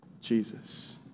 Jesus